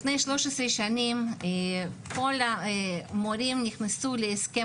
לפני 13 שנים כל המורים נכנסו להסכם